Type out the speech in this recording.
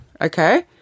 okay